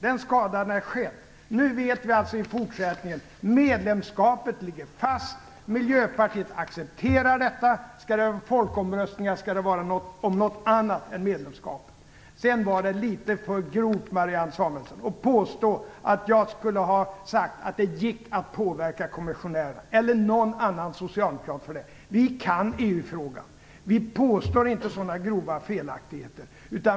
den skadan är skedd. Nu vet vi i fortsättningen att medlemskapet ligger fast. Miljöpartiet accepterar detta. Skall det hållas folkomröstningar, skall det vara om något annat än medlemskapet. Sedan var det litet för grovt, Marianne Samuelsson, att påstå att jag skulle ha sagt att det gick att påverka kommissionärerna eller någon annan socialdemokrat. Vi kan EU-frågan. Vi påstår inte sådana grova felaktigheter.